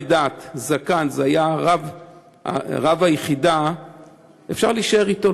דת היה רב היחידה אפשר להישאר אתו,